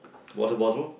water bottle